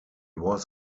was